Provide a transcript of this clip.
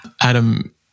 Adam